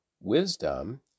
wisdom